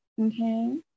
okay